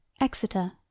Exeter